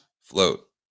float